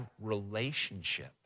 relationship